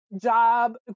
job